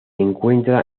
encuentra